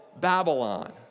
Babylon